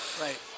Right